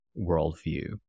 worldview